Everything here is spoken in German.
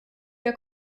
der